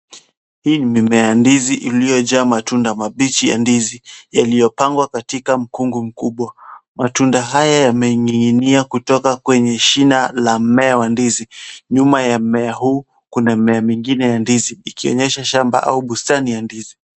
Hii ni mimea ya ndizi iliyojaa matunda mabichi ya ndizi yaliyopangwa katika mkungu mkubwa. Matunda haya yamening'inia kutoka kwenye shina la mmea wa ndizi. Nyuma ya mmea huu kuna mimea mingine ya ndizi ikionyesha shamba au bustani ya ndizi.